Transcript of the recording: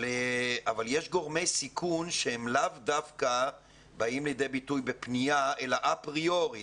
אבל יש גורמי סיכון שהם לאו דווקא באים לידי ביטוי בפנייה אל האפריורי.